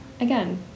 again